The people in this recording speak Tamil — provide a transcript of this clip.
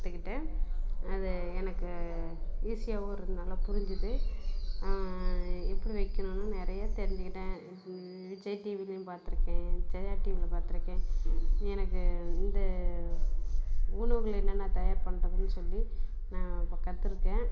கற்றுக்கிட்டேன் அது எனக்கு ஈசியாவுயிருந்ததுனால புரிஞ்சுது எப்படி வெக்கணுன்னு நிறைய தெரிஞ்சுக்கிட்டேன் விஜய் டிவிலேயும் பார்த்துருக்கேன் ஜெயா டிவியில் பார்த்துருக்கேன் எனக்கு இந்த உணவுகள் என்னென்ன தயார் பண்ணுறதுன்னு சொல்லி நான் கற்றிருக்கேன்